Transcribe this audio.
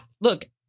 Look